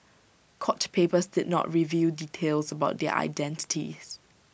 court papers did not reveal details about their identities